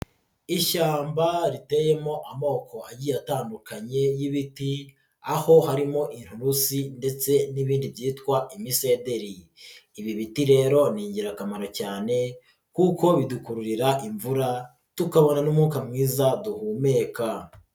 Ishyamba riteyemo amoko agiye atandukanye y'ibiti aho harimo inturuzi ndetse n'ibindi byitwa imisederi, ibi biti rero ni ingirakamaro cyane kuko bidukururira imvura tukabona n'umwuka mwiza duhumeka.